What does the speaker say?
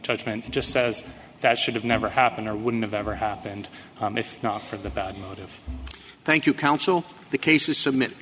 judgement just says that should have never happened or wouldn't have ever happened if not for the bad motive thank you counsel the case was submit